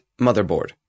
Motherboard